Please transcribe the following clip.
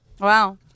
Wow